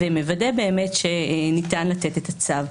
ומוודא שניתן לתת את הצו.